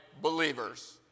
believers